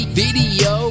video